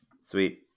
Sweet